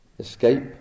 Escape